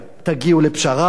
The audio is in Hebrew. תגיעו לפשרה,